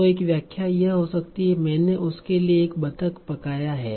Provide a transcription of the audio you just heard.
तो एक व्याख्या यह हो सकती मैंने उसके लिए एक बतख पकाया है